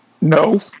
No